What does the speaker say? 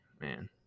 man